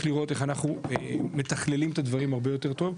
אנחנו צריכים לראות איך אנחנו מתכללים את הדברים הרבה יותר טוב,